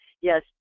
Yes